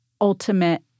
ultimate